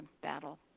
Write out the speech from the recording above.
battle